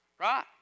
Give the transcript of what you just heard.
right